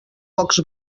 pocs